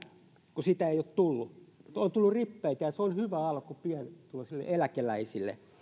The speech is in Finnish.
kun sitä ei ole tullut on tullut rippeitä ja se on hyvä alku pienituloisille eläkeläisille